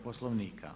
Poslovnika.